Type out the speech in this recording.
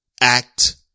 act